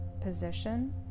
position